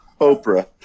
oprah